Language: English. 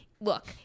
Look